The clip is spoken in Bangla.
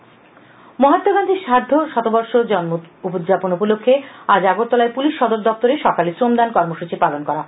গান্ধী জয়ন্তী মহান্মা গান্ধীর সার্ধ শতবর্ষ উদযাপন উপলক্ষে আজ আগরতলায় পুলিশ সদর দপ্তরে সকালে শ্রমদান কর্মসূচি পালন করা হয়